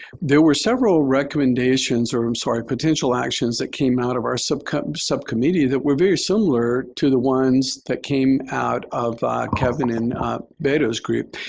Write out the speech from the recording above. there were several recommendations or i'm sorry, potential actions that came out of our subcommittee subcommittee that were very similar to the ones that came out of kevin and beto's group.